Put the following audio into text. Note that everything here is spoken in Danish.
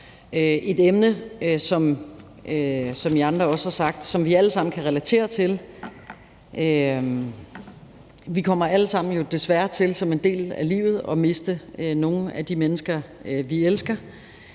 et emne, der, som I andre også har sagt, vi alle sammen kan relatere til; vi kommer jo desværre alle sammen til som en del af livet at miste nogle af de mennesker, vi elsker,